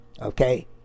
okay